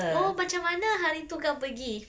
oh macam mana hari tu kau pergi